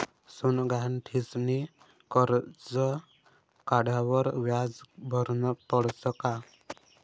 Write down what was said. सोनं गहाण ठीसनी करजं काढावर व्याज भरनं पडस का?